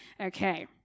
Okay